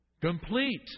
Complete